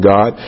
God